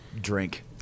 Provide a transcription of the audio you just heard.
drink